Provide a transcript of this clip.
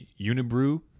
Unibrew